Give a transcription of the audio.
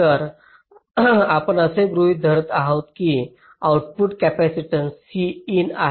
तर आपण असे गृहित धरत आहोत की आउटपुट कॅपेसिटन्स देखील Cin आहे